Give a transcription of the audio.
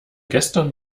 gestern